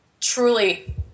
Truly